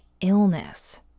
illness